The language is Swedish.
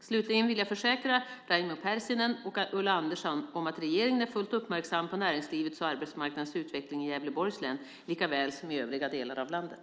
Slutligen vill jag försäkra Raimo Pärssinen och Ulla Andersson om att regeringen är fullt uppmärksam på näringslivets och arbetsmarknadens utveckling i Gävleborgs län likaväl som i övriga delar av landet.